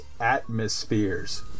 atmospheres